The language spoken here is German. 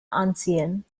anziehen